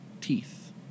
teeth